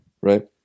right